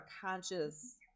conscious